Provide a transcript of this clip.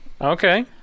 okay